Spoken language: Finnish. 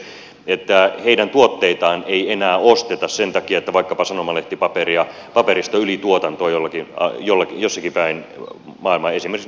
toinen syy on se että heidän tuotteitaan ei enää osteta sen takia että vaikkapa sanomalehtipaperista on ylituotantoa jossakin päin maailmaa esimerkiksi euroopassa